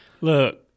Look